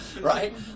right